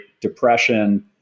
depression